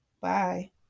Bye